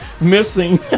Missing